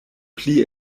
pli